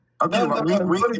okay